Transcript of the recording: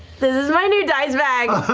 this is my new dice bag!